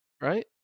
right